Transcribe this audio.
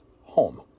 home